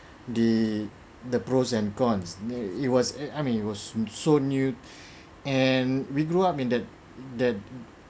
the the pros and cons it was I mean it was so new and we grew up in that that